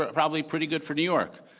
ah probably pretty good for new york.